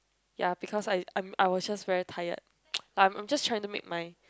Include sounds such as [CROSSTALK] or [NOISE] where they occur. ya because I I'm was just very tired [NOISE] I'm I'm just trying to make my